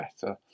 better